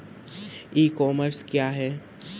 ई commerce क्या है?